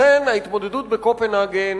לכן, ההתמודדות בקופנהגן